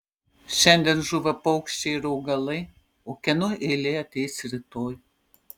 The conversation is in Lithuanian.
šiandien žūva paukščiai ir augalai o kieno eilė ateis rytoj